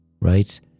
right